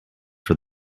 for